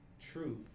truth